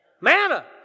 Manna